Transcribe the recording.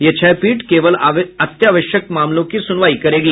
ये छह पीठ केवल अत्यावश्यक मामलों की सुनवाई करेंगी